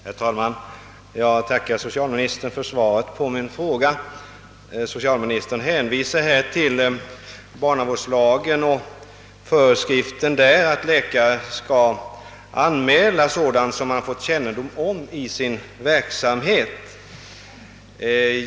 Herr talman! Jag tackar socialministern för svaret på min fråga. Socialministern hänvisar till barnavårdslagens föreskrift att läkare skall anmäla sådant som han fått kännedom om i sin verksamhet.